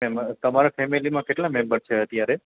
એમ તમારે ફેમિલીમાં કેટલા મેમ્બર છે અત્યારે